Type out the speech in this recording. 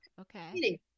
okay